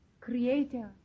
creator